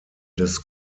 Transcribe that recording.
des